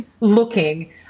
looking